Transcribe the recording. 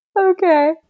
Okay